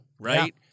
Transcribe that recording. right